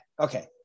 okay